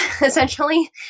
essentially